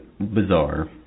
Bizarre